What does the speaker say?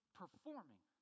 performing